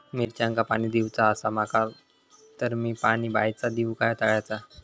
मिरचांका पाणी दिवचा आसा माका तर मी पाणी बायचा दिव काय तळ्याचा?